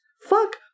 Fuck